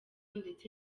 ndetse